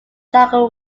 jargon